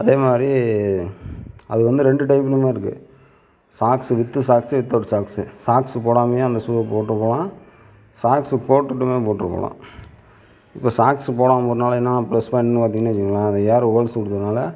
அதே மாதிரி அது வந்து ரெண்டு டைப்புலுமே இருக்குது socks with socks without socks socks போடாமலே அந்த ஷூவை போட்டு போகலாம் சாக்ஸு போட்டுட்டுமே போட்டுட்டு போகலாம் இப்போ சாக்ஸு போடாமல் ஒரு என்ன பிளஸ் பாயிண்ட்னு பார்த்தீங்கன்னு வச்சுக்கங்களேன் அது ஏர் ஹோல்ஸ் கொடுக்குறதுனால